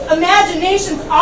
imagination's